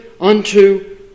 unto